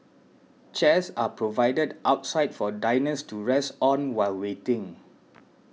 chairs are provided outside for diners to rest on while waiting